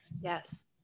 Yes